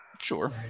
Sure